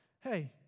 hey